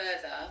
further